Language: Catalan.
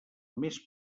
més